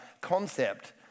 concept